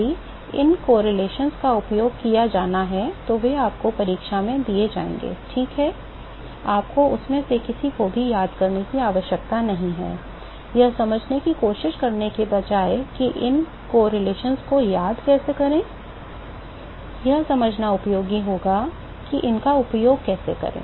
यदि इन सहसंबंधों का उपयोग किया जाना है तो वे आपको परीक्षा में दिए जाएंगे ठीक है आपको उनमें से किसी को भी याद करने की आवश्यकता नहीं है यह समझने की कोशिश करने के बजाय कि इन सहसंबंधों कोयाद कैसे करें यह समझना उपयोगी होगा कि इनका उपयोग कैसे करें